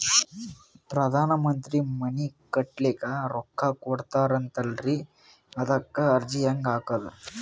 ಪ್ರಧಾನ ಮಂತ್ರಿ ಮನಿ ಕಟ್ಲಿಕ ರೊಕ್ಕ ಕೊಟತಾರಂತಲ್ರಿ, ಅದಕ ಅರ್ಜಿ ಹೆಂಗ ಹಾಕದು?